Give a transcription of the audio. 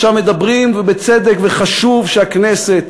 עכשיו מדברים, ובצדק, וחשוב שהכנסת